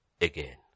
again